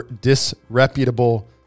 disreputable